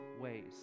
ways